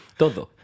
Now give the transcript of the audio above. todo